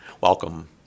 welcome